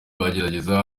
bagerageza